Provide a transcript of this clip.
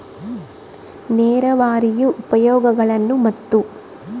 ನೇರಾವರಿಯ ಉಪಯೋಗಗಳನ್ನು ಮತ್ತು?